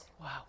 Wow